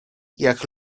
jak